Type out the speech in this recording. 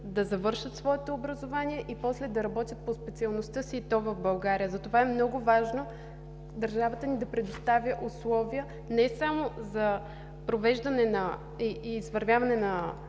да завършат своето образование и после да работят по специалността си, и то в България. Затова е много важно държавата ни да предостави условия не само за провеждане и извървяване на